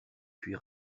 puis